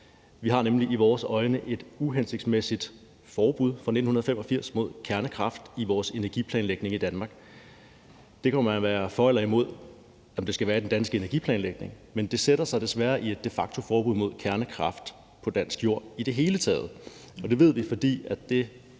Vi har nemlig i vores øjne et uhensigtsmæssigt forbud fra 1985 mod kernekraft i vores energiplanlægning i Danmark. Det kan man være for eller imod om skal være i den danske energiplanlægning, men det sætter sig desværre i et de facto forbud mod kernekraft på dansk jord i det hele taget.